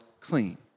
clean